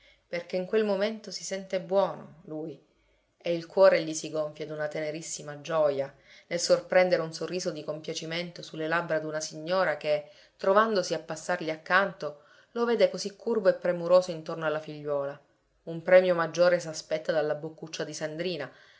perché in quel momento si sente buono lui e il cuore gli si gonfia d'una tenerissima gioja nel sorprendere un sorriso di compiacimento sulle labbra d'una signora che trovandosi a passargli accanto lo vede così curvo e premuroso intorno alla figliuola un premio maggiore s'aspetta dalla boccuccia di sandrina